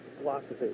philosophy